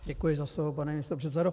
Děkuji za slovo, pane místopředsedo.